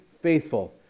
faithful